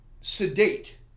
sedate